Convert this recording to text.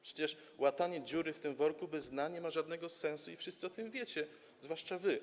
Przecież łatanie dziury w tym worku bez dna nie ma żadnego sensu i wszyscy o tym wiecie, zwłaszcza wy.